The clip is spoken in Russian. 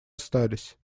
остались